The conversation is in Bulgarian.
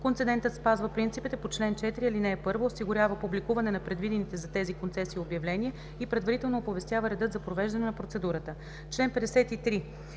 концедентът спазва принципите по чл. 4, ал. 1, осигурява публикуване на предвидените за тези концесии обявления и предварително оповестява редът за провеждане на процедурата.“